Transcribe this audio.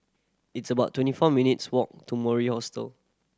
it's about twenty four minutes' walk to Mori Hostel